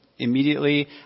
Immediately